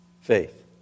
Faith